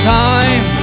time